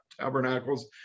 Tabernacles